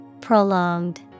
Prolonged